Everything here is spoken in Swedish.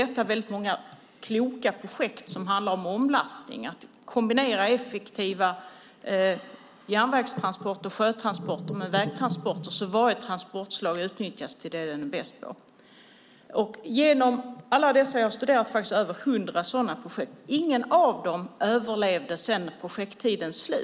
Det finns väldigt många kloka projekt för omlastningar där man kombinerar effektiva järnvägstransporter och sjötransporter med vägtransporter så att varje transportslag utnyttjas för vad det är bäst på. Jag har studerat över hundra sådana projekt. Inget av dem överlevde efter projekttidens slut.